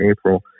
April